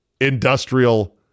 industrial